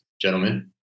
gentlemen